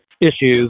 issues